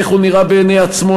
איך הוא נראה בעיני עצמו,